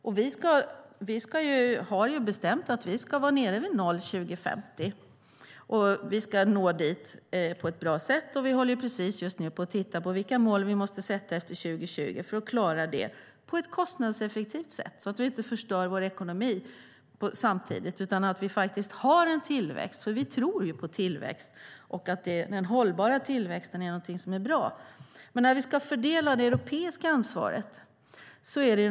Vi har i Sverige bestämt att vi ska vara ned i 0 till 2050, och vi ska nå dit på ett bra sätt. Just nu tittar vi på vilka mål vi måste sätta efter 2020 för att klara nästa mål på ett kostnadseffektivt sätt, så att vi inte samtidigt förstör vår ekonomi. Det ska faktiskt ske en tillväxt. Vi tror på att en hållbar tillväxt är bra. Låt oss se på fördelningen av det europeiska ansvaret.